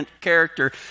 character